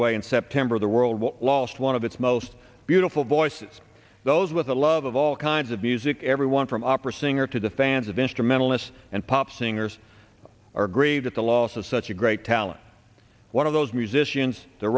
away in september the world will lost one of its most beautiful voices those with a love of all kinds of music everyone from opera singer to the fans of instrumentalists and pop singers or agree that the loss of such a great talent one of those musicians the